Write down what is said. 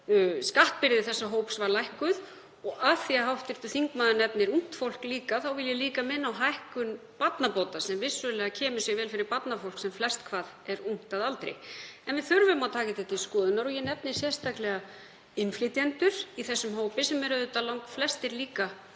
skattbyrði þessa hóps var lækkuð. Og af því að hv. þingmaður nefnir líka ungt fólk þá vil ég minna á hækkun barnabóta sem vissulega kemur sér vel fyrir barnafólk sem flest hvað er ungt að aldri. En við þurfum að taka þetta til skoðunar og ég nefni sérstaklega innflytjendur í þessum hópi sem eru auðvitað langflestir líka